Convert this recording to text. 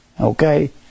okay